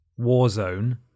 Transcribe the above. Warzone